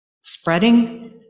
spreading